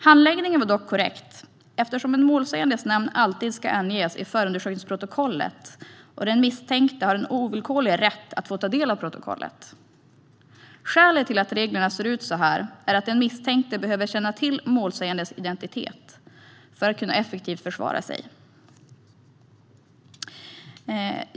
Handläggningen var dock korrekt eftersom en målsägandes namn alltid ska anges i förundersökningsprotokollet och den misstänkte har en ovillkorlig rätt att få del av protokollet. Skälet till att reglerna ser ut så här är att den misstänkte behöver känna till målsägandens identitet för att effektivt kunna försvara sig.